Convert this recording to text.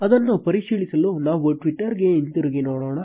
ಅದನ್ನು ಪರಿಶೀಲಿಸಲು ನಾವು ಟ್ವಿಟರ್ಗೆ ಹಿಂತಿರುಗಿ ನೋಡೋಣ